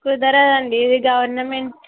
కుదరదండి ఇది గవర్నమెంట్